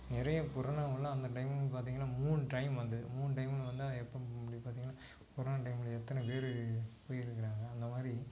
நிறைய கொரோனாவெல்லாம் அந்த டைம்லன்னு பார்த்தீங்கன்னா மூணு டைம் வந்தது மூணு டைமில் வந்து அது எப்போ அப்படின்னு பார்த்தீங்கன்னா கொரோனா டைமில் எத்தனை பேர் உயிரிழக்குறாங்க அந்த மாதிரி